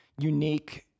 unique